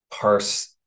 parse